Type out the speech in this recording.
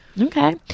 okay